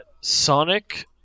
Sonic